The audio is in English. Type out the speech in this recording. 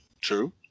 True